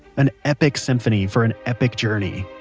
an epic symphony for an epic journey.